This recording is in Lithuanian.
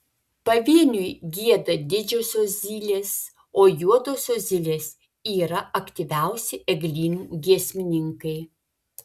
pavieniui gieda didžiosios zylės o juodosios zylės yra aktyviausi eglynų giesmininkai